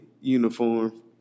uniform